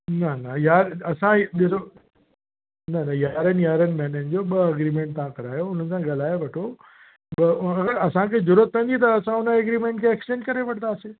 न न यार असां इहो ॾिसो न न यारहनि यारहनि महिननि जो ॿ एग्रीमेंट तव्हां करायो उन्हनि सां ॻाल्हाए वठो असांखे ज़रूरत पवंदी त असां उन एग्रीमेंट खे एक्सचेंज करे वठंदासीं